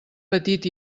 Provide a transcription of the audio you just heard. petit